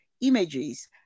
images